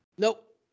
Nope